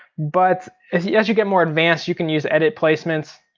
but as yeah as you get more advanced you can use edit placements.